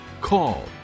call